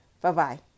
Bye-bye